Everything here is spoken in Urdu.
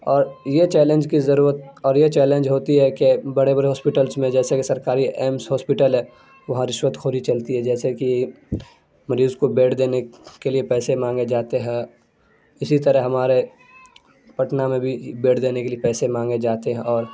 اور یہ چیلنج کی ضرورت اور یہ چیلنج ہوتی ہے کہ بڑے بڑے ہاسپیٹلس میں جیسے کہ سرکاری ایمس ہاسپیٹل ہے وہاں رشوت خوری چلتی ہے جیسے کہ مریض کو بیڈ دینے کے لیے پیسے مانگے جاتے ہے اسی طرح ہمارے پٹنہ میں بھی بیڈ دینے کے لیے پیسے مانگے جاتے ہیں اور